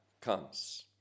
comes